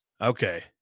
Okay